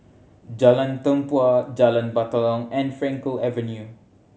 Jalan Tempua Jalan Batalong and Frankel Avenue